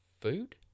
food